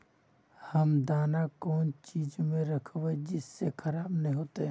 हम दाना कौन चीज में राखबे जिससे खराब नय होते?